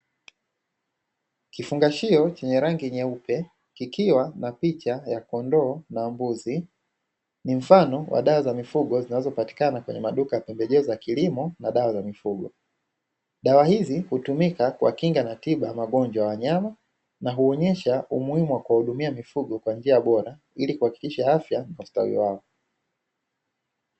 Kifungashio chenye rangi nyeupe kikiwa na picha ya kondoo na mbuzi. Ni mfano wa dawa za mifugo zinazopatikana kwenye maduka ya pembejeo za kilimo na dawa za mifugo. Dawa hizi hutumika kuwakinga na tiba magonjwa ya wanyama, na huonyesha umuhimu wa kuwahudumia mifugo kwa njia ya bora, ili kuhakikisha afya na ustawi wao.